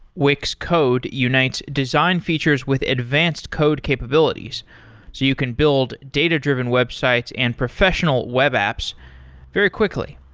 wix code unites design features with advanced code capabilities, so you can build data-driven websites and professional web apps very quickly.